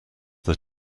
that